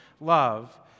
love